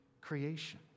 creation